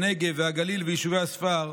הנגב והגליל ויישובי הספר,